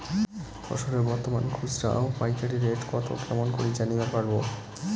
ফসলের বর্তমান খুচরা ও পাইকারি রেট কতো কেমন করি জানিবার পারবো?